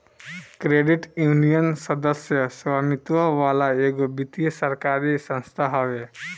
credit union, सदस्य स्वामित्व वाला एगो वित्तीय सरकारी संस्था हवे